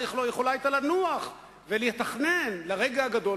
הרי היא היתה יכולה לנוח ולתכנן לרגע הגדול